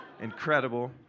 incredible